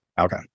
Okay